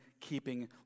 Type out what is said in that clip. keeping